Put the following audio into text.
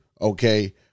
Okay